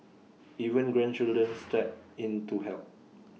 even grandchildren step in to help